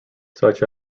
such